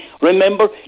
remember